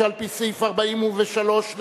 לכנסת, שעל-פי סעיף 43 לחוק-יסוד: